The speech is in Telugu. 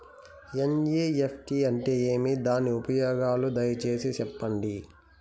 ఎన్.ఇ.ఎఫ్.టి అంటే ఏమి? దాని ఉపయోగాలు దయసేసి సెప్పండి?